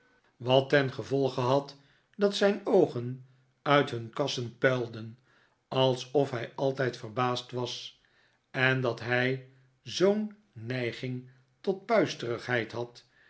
volge had dat zijn oogen uit hun kassen puilden alsof hij altijd verbaasd was en dat hij zoo'n neiging tot puisterigheid had